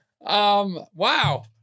Wow